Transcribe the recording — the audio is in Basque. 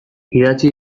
idatzi